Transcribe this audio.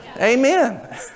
Amen